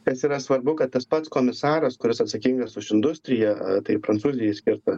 kas yra svarbu kad tas pats komisaras kuris atsakingas už industriją tai prancūzijai skirta